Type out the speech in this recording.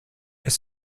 est